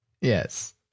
Yes